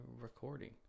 recording